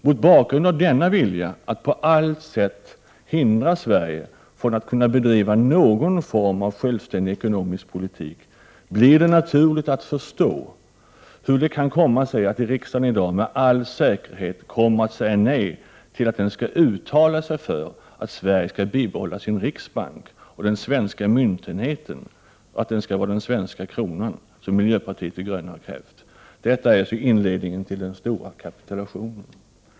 Mot bakgrund av denna vilja att på allt sätt hindra Sverige från att kunna bedriva någon form av självständig ekonomisk politik blir det naturligt att förstå hur det kan komma sig att riksdagen i dag med all säkerhet kommer att säga nej till att den skall uttala sig för att Sverige skall bibehålla sin riksbank och att den svenska myntenheten skall vara den svenska kronan som miljöpartiet de gröna har krävt. Detta är alltså inledningen till den stora kapitulationen.